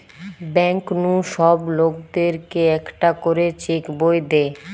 bank নু সব লোকদের কে একটা করে চেক বই দে